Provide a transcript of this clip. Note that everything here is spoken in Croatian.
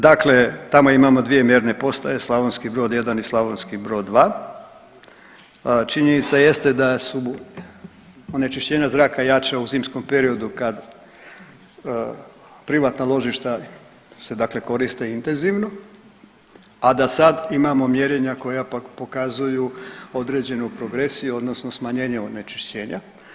Dakle, tamo imamo dvije mjerne postaje Slavonski Brod 1 i Slavonski Brod 2, činjenica jeste da su onečišćenja zraka jača u zimskom periodu kad privatna ložišta se koriste intenzivno, a da sad imamo mjerenja koja pokazuju određenu progresiju odnosno smanjenje onečišćenja.